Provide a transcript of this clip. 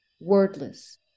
wordless